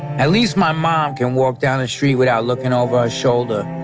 at least my mom can walk down the street without looking over her shoulder.